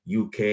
uk